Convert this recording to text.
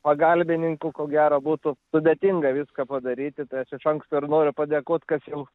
pagalbininkų ko gero būtų sudėtinga viską padaryti tai aš iš anksto ir noriu padėkot kas jau